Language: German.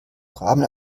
rahmen